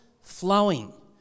flowing